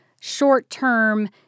short-term